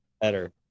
Better